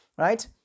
Right